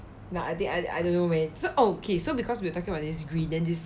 now I think I I don't know man where so okay so because we are talking about this green then this